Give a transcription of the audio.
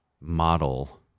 model